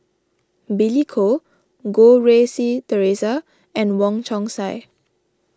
Billy Koh Goh Rui Si theresa and Wong Chong Sai